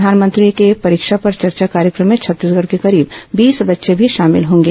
प्रधानमंत्री के परीक्षा पर चर्चा कार्यक्रम में छत्तीसगढ़ के करीब बीस बच्चे भी शामिल होंगे